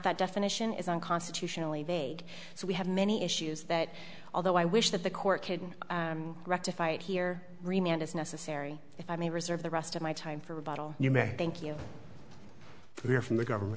that definition is unconstitutionally vague so we have many issues that although i wish that the court could rectify it here remained as necessary if i may reserve the rest of my time for a bottle you may thank you for hear from the government